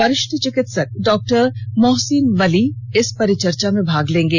वरिष्ठ चिकित्सक डॉक्टोर मोहसिन वली इस परिचर्चा में भाग लेंगे